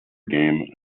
game